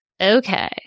Okay